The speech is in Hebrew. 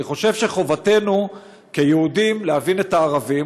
אני חושב שחובתנו כיהודים להבין את הערבים,